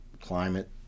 climate